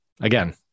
again